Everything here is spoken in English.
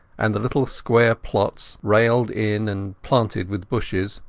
and the little square plots, railed in and planted with bushes,